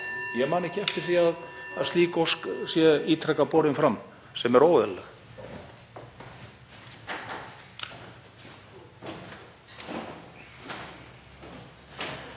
Ég man ekki eftir því að slík ósk sé ítrekað borin fram, sem er óeðlilegt.